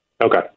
Okay